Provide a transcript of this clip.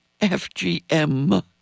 FGM